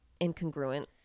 incongruent